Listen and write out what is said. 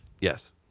Yes